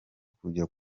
kujya